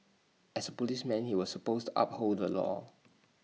as A policeman he was supposed to uphold the law